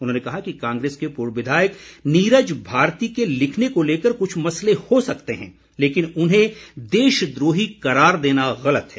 उन्होंने कहा कि कांग्रेस के पूर्व विधायक नीरज भारती के लिखने को लेकर कुछ मसले हो सकते हैं लेकिन उन्हें देशद्रोही करार देना गलत है